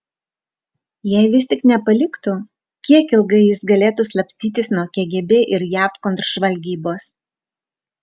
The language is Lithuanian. jei vis tik nepaliktų kiek ilgai jis galėtų slapstytis nuo kgb ir jav kontržvalgybos